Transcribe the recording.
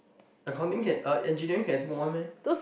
accounting can uh engineering can smoke one meh